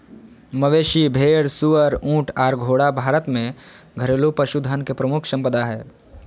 मवेशी, भेड़, सुअर, ऊँट आर घोड़ा भारत में घरेलू पशुधन के प्रमुख संपदा हय